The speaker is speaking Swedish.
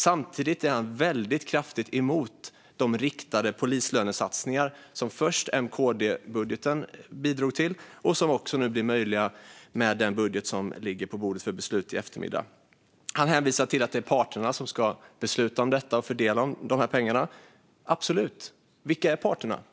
Samtidigt är han kraftigt emot de riktade polislönesatsningar som först M-KD-budgeten bidrog till och som nu blir möjliga med den budget som ligger på bordet för beslut i eftermiddag. Han hänvisar till att det är parterna som ska besluta om detta och fördela dessa pengar. Så är det absolut. Vilka är parterna?